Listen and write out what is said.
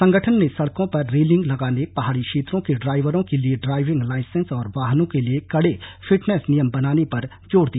संगठन ने सड़कों पर रेलिंग लगाने पहाड़ी क्षेत्रों के ड्राइवरों के लिए ड्राइविंग लाईसेंस और वाहनों के लिए कड़े फिटनेस नियम बनाने पर जोर दिया